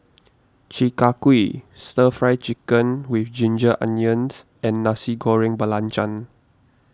Chi Kak Kuih Stir Fry Chicken with Ginger Onions and Nasi Goreng Belacan